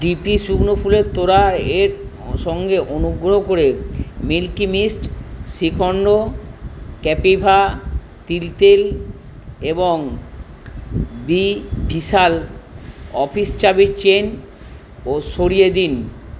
DP শুকনো ফুলের তোড়া এর সঙ্গে অনুগ্রহ করে মিল্কি মিস্ট শিখন্ড ক্যাপিভা তিল তেল এবং বি ভিশাল অফিস চাবির চেন ও সরিয়ে দিন